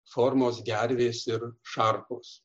formos gervės ir šarkos